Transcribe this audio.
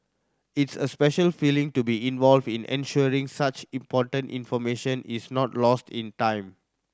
it's a special feeling to be involved in ensuring such important information is not lost in time